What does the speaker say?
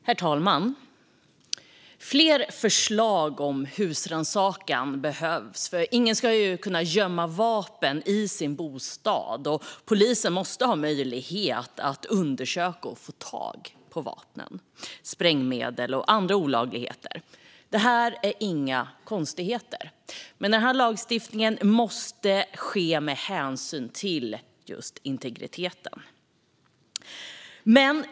Herr talman! Fler förslag om husrannsakan behövs. Ingen ska kunna gömma vapen i sin bostad, och polisen måste ha möjlighet att undersöka och få tag på vapen, sprängmedel och andra olagligheter. Det är inga konstigheter, men lagstiftningen måste ta hänsyn till just integriteten.